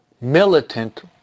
militant